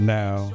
now